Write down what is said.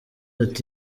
ati